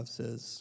says